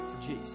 Jesus